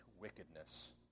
wickedness